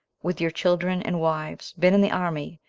with your children and wives, been in the army,